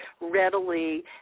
readily